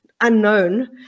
unknown